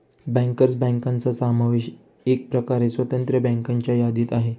bankers बँकांचा समावेश एकप्रकारे स्वतंत्र बँकांच्या यादीत आहे